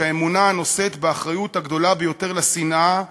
שהאמונה הנושאת באחריות הגדולה ביותר לשנאה,